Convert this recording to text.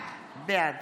בעד